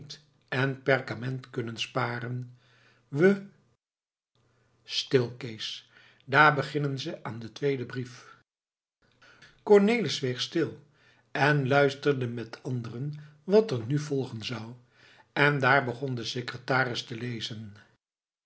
en perkament kunnen sparen we stil kees daar beginnen ze aan den tweeden brief cornelis zweeg stil en luisterde met de anderen wat er nu volgen zou en daar begon de secretaris te lezen